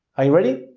are you ready?